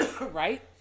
right